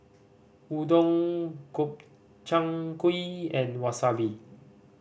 Udon Gobchang Gui and Wasabi